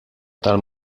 tal